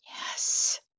Yes